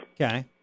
Okay